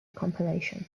compilation